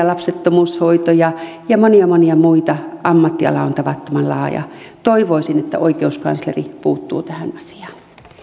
lapsettomuushoitoja ja monia monia muita ammattiala on tavattoman laaja toivoisin että oikeuskansleri puuttuu tähän asiaan